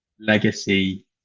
legacy